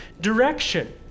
direction